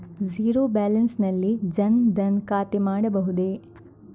Zero balance ನಲ್ಲಿ ಜನ್ ಧನ್ ಖಾತೆ ಮಾಡಬಹುದೇ?